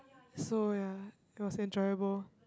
so ya it was enjoyable